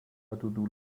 دودول